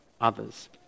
others